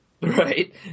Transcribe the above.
Right